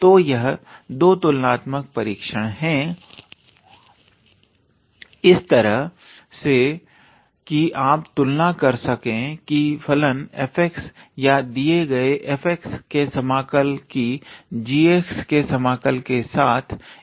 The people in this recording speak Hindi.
तो यह दो तुलनात्मक परीक्षण हैं इस तरह से की आप तुलना कर सकें फलन f या दिए गए f के समाकल की g के समाकल के साथ इस प्रकार